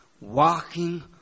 walking